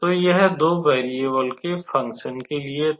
तो यह दो वेरियेबलके फंकशन के लिए था